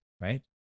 right